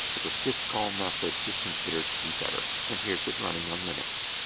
but the syscall method is considered to be better. and here's it running on linux.